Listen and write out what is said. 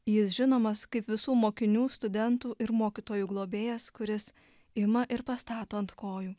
jis žinomas kaip visų mokinių studentų ir mokytojų globėjas kuris ima ir pastato ant kojų